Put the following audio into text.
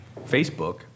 Facebook